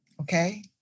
Okay